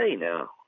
now